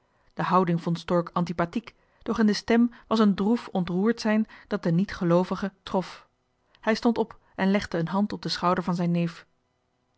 de houding vond stork antipathiek doch in de stem was een droef ontroerd zijn dat den niet geloovige trof hij stond op en legde een hand op den schouder van zijn neef